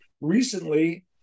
recently